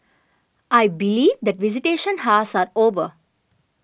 I believe that visitation hours are over